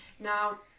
Now